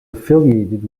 affiliated